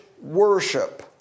worship